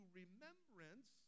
remembrance